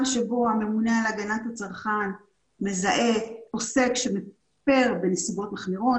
שבו הממונה על הגנת הצרכן מזהה עוסק שמפר בנסיבות מחמירות,